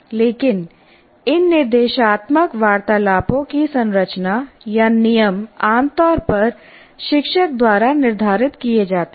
लेकिन इन निर्देशात्मक वार्तालापों की संरचना या नियम आमतौर पर शिक्षक द्वारा निर्धारित किए जाते हैं